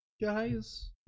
guys